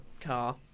car